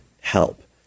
help